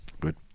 Good